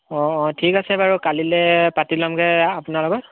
অঁ অঁ ঠিক আছে বাৰু কালিলৈ পাতি লমগৈ আপোনাৰ লগত